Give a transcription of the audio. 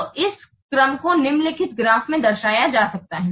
तो इस क्रम को निम्नलिखित ग्राफ में दर्शाया जा सकता है